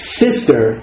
sister